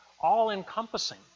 all-encompassing